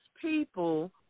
people